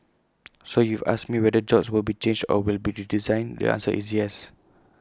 so if ask me whether jobs will be changed or will be redesigned the answer is yes